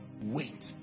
Wait